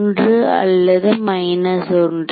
1 அல்லது 1